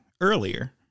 earlier